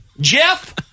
Jeff